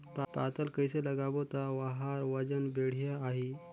पातल कइसे लगाबो ता ओहार वजन बेडिया आही?